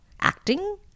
acting